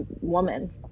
woman